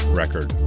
record